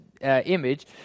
image